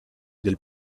del